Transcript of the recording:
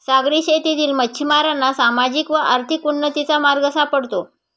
सागरी शेतीतील मच्छिमारांना सामाजिक व आर्थिक उन्नतीचा मार्ग सापडतो